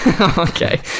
Okay